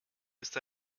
ist